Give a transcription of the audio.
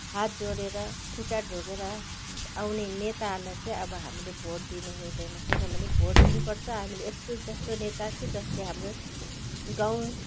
हात जोडेर खुट्टा ढोगेर आउने नेताहरूलाई चाहिँ अब हामीले भोट दिनुहुँदैन किनभने भोट दिनुपर्छ हामीले यस्तो जस्तो नेता कि जसले हाम्रो गाउँ